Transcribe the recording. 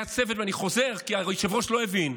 אני חוזר, כי היושב-ראש לא הבין: